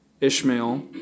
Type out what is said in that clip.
Ishmael